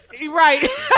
right